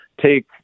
take